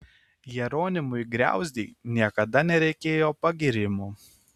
jeronimui griauzdei niekada nereikėjo pagyrimų